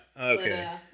okay